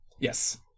Yes